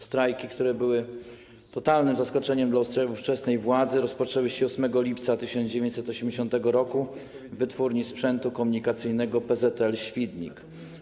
Strajki, które były totalnym zaskoczeniem dla ówczesnej władzy, rozpoczęły się 8 lipca 1980 r. w Wytwórni Sprzętu Komunikacyjnego PZL Świdnik.